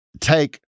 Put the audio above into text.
take